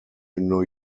new